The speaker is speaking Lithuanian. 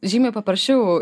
žymiai paprasčiau